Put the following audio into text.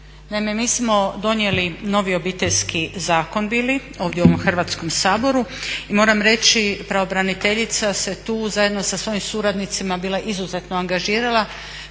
mi smo donijeli novi Obiteljski zakon bili ovdje u Hrvatskom saboru i moram reći pravobraniteljica se tu, zajedno sa svojim suradnicima bila izuzetno angažirala